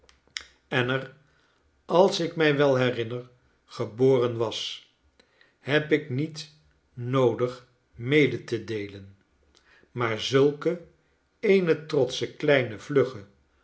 en er als ik mij wel herinner geboren was heb ik niet noodig mede te deelen maar zulke eene trotsche kleine vlugge